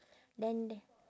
then there